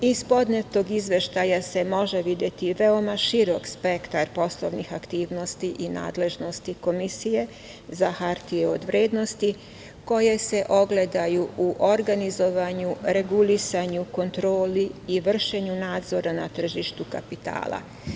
Iz podnetog izveštaja se može videti veoma širok spektar poslovnih aktivnosti i nadležnosti Komisije za hartije od vrednosti koje se ogledaju u organizovanju, regulisanju, kontroli i vršenju nadzora na tržištu kapitala.